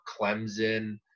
Clemson